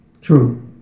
True